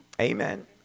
Amen